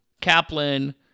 Kaplan